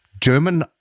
German